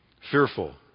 fearful